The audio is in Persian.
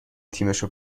تیمشو